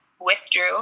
withdrew